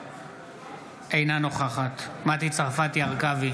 אינה נוכחת מטי צרפתי הרכבי,